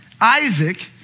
Isaac